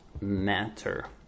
matter